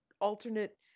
alternate